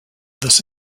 this